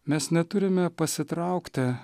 mes neturime pasitraukti